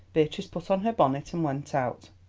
beatrice put on her bonnet and went out.